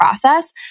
process